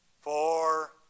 four